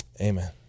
Amen